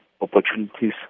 opportunities